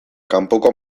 kanpoko